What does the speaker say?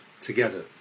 together